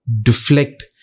deflect